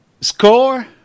Score